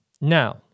Now